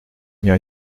mien